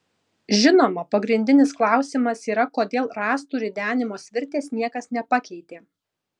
žinoma pagrindinis klausimas yra kodėl rąstų ridenimo svirties niekas nepakeitė